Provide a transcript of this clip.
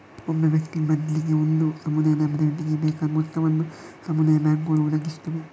ಒಬ್ಬ ವ್ಯಕ್ತಿ ಬದ್ಲಿಗೆ ಒಂದು ಸಮುದಾಯದ ಅಭಿವೃದ್ಧಿಗೆ ಬೇಕಾದ ಮೊತ್ತವನ್ನ ಸಮುದಾಯ ಬ್ಯಾಂಕುಗಳು ಒದಗಿಸುತ್ತವೆ